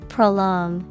Prolong